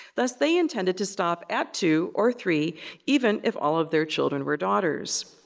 thus, they intended to stop at two or three even if all of their children were daughters.